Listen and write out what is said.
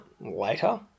later